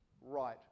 right